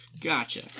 Gotcha